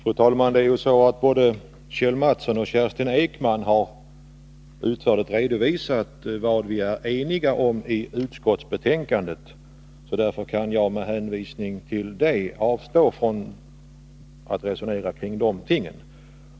Fru talman! Både Kjell Mattsson och Kerstin Ekman har utförligt redovisat vad vi är eniga om i utskottet. Därför kan jag med hänvisning härtill avstå från att tala om dessa saker.